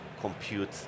compute